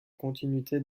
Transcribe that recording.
continuité